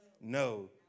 No